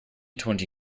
twenty